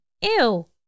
Ew